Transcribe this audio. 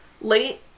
late